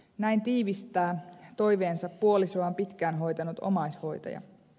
näin tiivistää puolisoaan pitkään hoitanut omaishoitaja